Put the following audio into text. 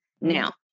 Now